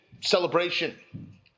celebration